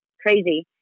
crazy